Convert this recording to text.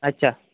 अच्छा